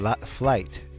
flight